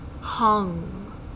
hung